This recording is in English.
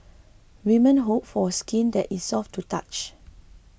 women hope for skin that is soft to touch